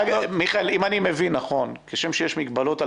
אני מבין נכון כשם שיש מגבלות על